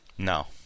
No